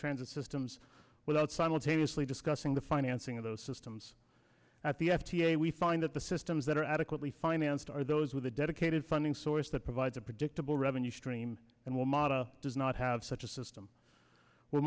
transit systems without simultaneously discussing the financing of those systems at the f d a we find that the systems that are adequately financed are those with a dedicated funding source that provides a predictable revenue stream and will model does not have such a system w